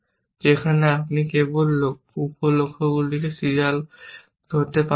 যেখানে আপনি কেবল উপ লক্ষ্যগুলিকে সিরিয়াল করতে পারবেন না